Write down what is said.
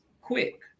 quick